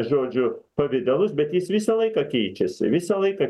žodžiu pavidalus bet jis visą laiką keičiasi visą laiką